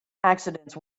accidents